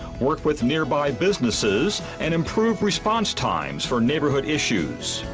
work with nearby businesses, and improve response times for neighborhood issues.